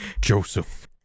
joseph